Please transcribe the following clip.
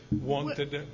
wanted